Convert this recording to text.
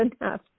enough